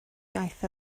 iaith